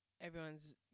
Everyone's